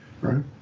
right